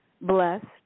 Blessed